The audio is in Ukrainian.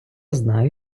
знаю